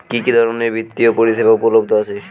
কি কি ধরনের বৃত্তিয় পরিসেবা উপলব্ধ আছে?